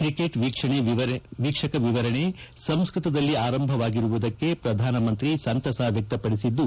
cricket ವೀಕ್ಷಕ ವಿವರಣೆ ಸಂಸ್ಕತದಲ್ಲಿ ಆರಂಭವಾಗಿರುವುದಕ್ಕೆ ಪ್ರಧಾನಮಂತ್ರಿ ಸಂತಸ ವ್ಯಕ್ತಪಡಿಸಿದ್ದು